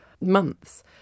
months